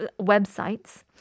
websites